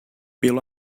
pelo